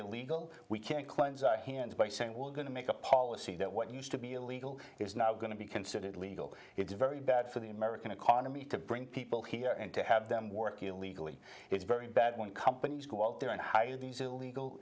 illegal we can't cleanse our hands by saying we're going to make a policy that what used to be illegal is now going to be considered illegal it's very bad for the american economy to bring people here and to have them work you legally it's very bad when companies go out there and hire these illegal